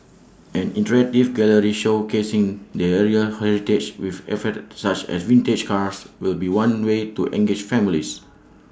an interactive gallery showcasing the area's heritage with artefacts such as vintage cars will be one way to engage families